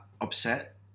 upset